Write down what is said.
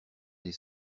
des